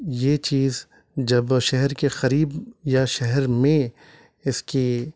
یہ چیز جب شہر کے قریب یا شہر میں اس کی